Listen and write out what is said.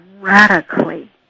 radically